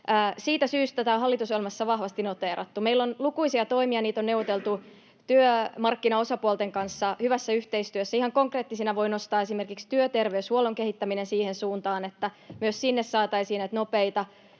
siitä syystä tämä on hallitusohjelmassa vahvasti noteerattu. Meillä on lukuisia toimia, niitä on neuvoteltu työmarkkinaosapuolten kanssa hyvässä yhteistyössä. Ihan konkreettisina voi nostaa esimerkiksi työterveyshuollon kehittämisen siihen suuntaan, että myös sinne saataisiin näitä